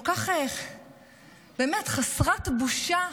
ובאמת חסרת בושה,